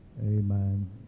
amen